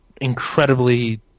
incredibly